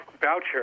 voucher